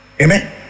Amen